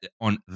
on